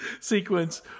sequence